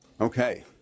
Okay